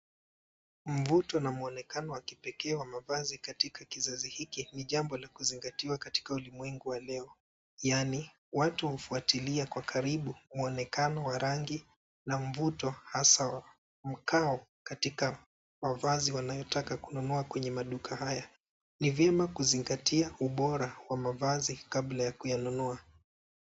Mvuto na mwonekano wa kipekee wa mavazi katika kizazi hiki ni jambo la kuzngatiwa katika ulimwengu wa leo, yaani watu hufuatilia kwa karibu mwonekano wa rangi na mvuto hasa mkao katika mavazi wanayotaka kununua kwenye maduka haya. Ni vyema kuzingatia ubora wa mavazi kabla ya kuyanunua.